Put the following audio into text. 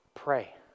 pray